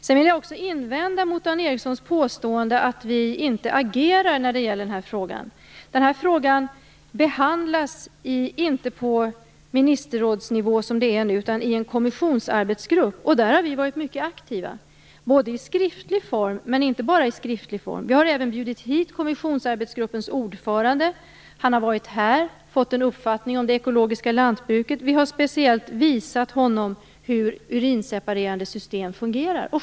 Sedan vill jag också invända mot Dan Ericssons påstående att vi inte agerar i den här frågan. Den här frågan behandlas inte på ministerrådsnivå som det är nu utan i en kommissionsarbetsgrupp. Där har vi varit mycket aktiva, och inte bara skriftligt. Vi har även bjudit hit kommissionsarbetsgruppens ordförande. Han har varit här och fått en uppfattning om det ekologiska lantbruket. Vi har speciellt visat honom hur urinseparerande system fungerar.